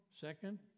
second